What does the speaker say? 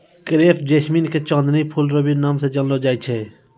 crepe jasmine के चांदनी फूल रो भी नाम से जानलो जाय छै